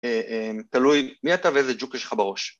תלוי מי אתה ואיזה ג'וק יש לך בראש